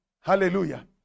Hallelujah